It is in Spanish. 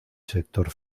sector